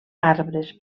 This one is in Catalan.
arbres